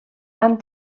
han